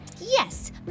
Yes